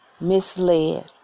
misled